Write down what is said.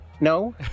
no